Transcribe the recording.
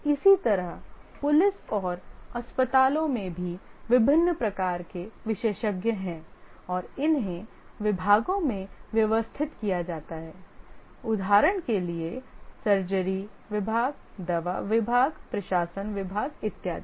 इसी तरह पुलिस और अस्पतालों में भी विभिन्न प्रकार के विशेषज्ञ हैं और इन्हें विभागों में व्यवस्थित किया जाता है उदाहरण के लिए सर्जरी विभाग दवा विभाग प्रशासन विभाग इत्यादि